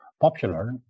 popular